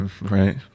right